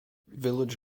village